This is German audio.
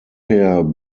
herr